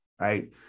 right